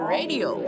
Radio